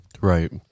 Right